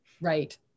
Right